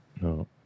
no